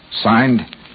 Signed